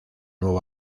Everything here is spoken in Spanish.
nuevo